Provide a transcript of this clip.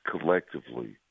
collectively